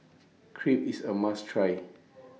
Crepe IS A must Try